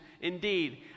indeed